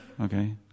Okay